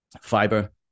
fiber